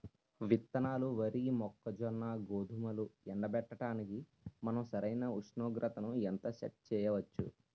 విత్తనాలు వరి, మొక్కజొన్న, గోధుమలు ఎండబెట్టడానికి మనం సరైన ఉష్ణోగ్రతను ఎంత సెట్ చేయవచ్చు?